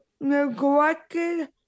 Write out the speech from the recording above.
neglected